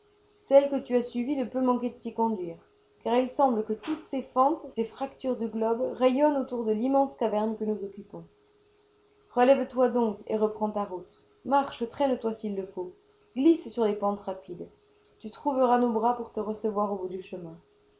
celle que tu as suivie ne peut manquer de t'y conduire car il semble que toutes ces fentes ces fractures du globe rayonnent autour de l'immense caverne que nous occupons relève-toi donc et reprends ta route marche traîne toi s'il le faut glisse sur les pentes rapides et tu trouveras nos bras pour te recevoir au bout du chemin